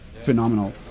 phenomenal